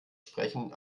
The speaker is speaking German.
sprechen